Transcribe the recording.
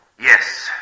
Yes